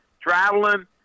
traveling